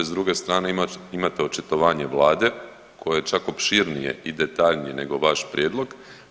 S druge strane imate očitovanje Vlade koje je čak opširnije i detaljnije nego vaš prijedlog.